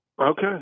Okay